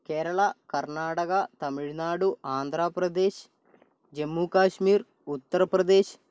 Kerala Karnataka Tamil Nadu Andhra Pradesh Jammu Kashmir Uttar Pradesh